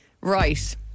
Right